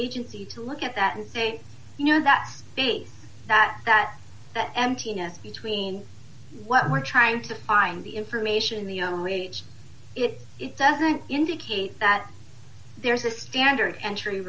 agency to look at that and say you know that the that that the emptiness between what we're trying to find the information in the young age if it doesn't indicate that there's a standard entry